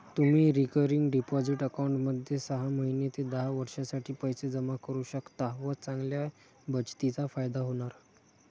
तुम्ही recurring deposit अकाउंटमध्ये सहा महिने ते दहा वर्षांसाठी पैसे जमा करू शकता व चांगल्या बचतीचा फायदा होणार